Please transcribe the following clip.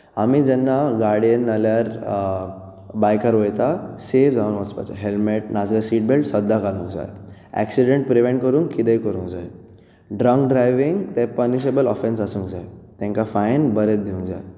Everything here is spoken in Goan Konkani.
आमी जेन्ना गाडयेन नाजल्यार बायकार वतात सेव जावन वचपाक जाय हेल्मेट आनी सीटबेल्ट सद्दां घालूंक जाय एक्सिडेंट प्रिवेंट करूंक कितेंय करूंक जाय ड्रंक ड्रायविंग हें पनिशेबल ऑफेंस आसूंक जाय तांकां फायन बरें दिवंक जाय